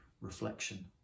reflection